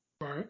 Right